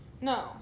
No